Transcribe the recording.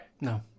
No